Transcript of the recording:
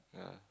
yeah